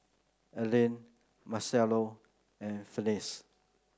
Alene Marcello and Felice